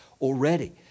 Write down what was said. already